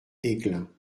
aiglun